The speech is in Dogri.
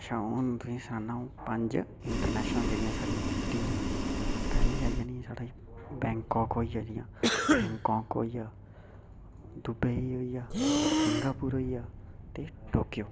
अच्छा हून तुसें ई सनाना अ'ऊं पंज इंटरनेशनल जेह्ड़ियां साढ़ियां सिटी पैह्ली आई जानी साढ़ी बैंकाक होइया जि'यां हैंकाक होइया दुबई होइया सिंगापुर होइया ते टोक्यो